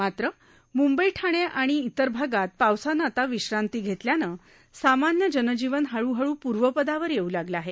मात्र मुंबई ठाणे आणि भागांत पावसानं आता विश्रांती घेतल्यानं सामान्य जनजीवन हळूहळू पूर्वपदावर येऊ लागलं आहे